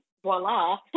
voila